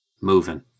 moving